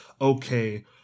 okay